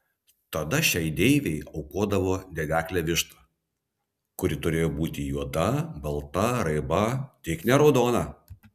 tada šiai deivei aukodavo dedeklę vištą kuri turėjo būti juoda balta raiba tik ne raudona